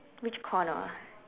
which corner